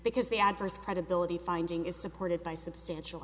because the adverse credibility finding is supported by substantial